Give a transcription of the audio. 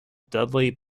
dudley